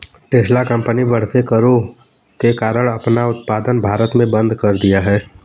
Tesla company बढ़ते करों के कारण अपना उत्पादन भारत में बंद कर दिया हैं